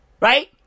Right